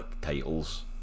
titles